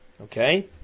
okay